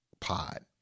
pod